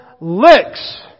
licks